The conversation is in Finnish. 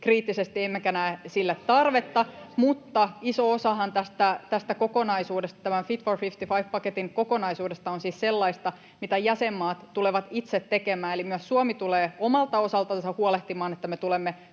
kriittisesti emmekä näe sille tarvetta. Mutta iso osahan tämän Fit for 55 ‑paketin kokonaisuudesta on siis sellaista, mitä jäsenmaat tulevat itse tekemään, eli myös Suomi tulee omalta osaltansa huolehtimaan, että me tulemme